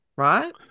right